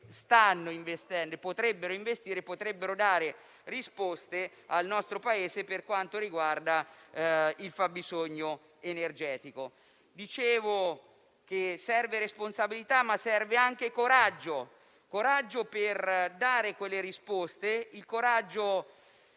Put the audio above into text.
potrebbero investire e dare risposte al nostro Paese per quanto riguarda il fabbisogno energetico. Serve responsabilità, ma serve anche coraggio per dare quelle risposte, quel coraggio